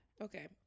okay